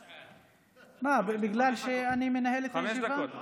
מה, בגלל שאני מנהל את הישיבה?